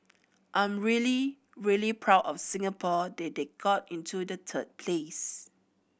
I'm really really proud of Singapore that they got into the third place